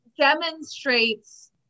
demonstrates